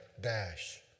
dash